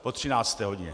Po 13. hodině.